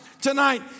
tonight